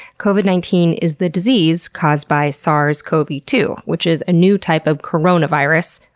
covid nineteen is the disease caused by sars cov two. which is a new type of coronavirus.